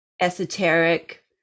esoteric